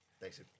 Thanks